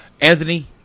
Anthony